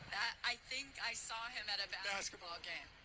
i think i saw him at a basketball game.